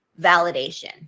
validation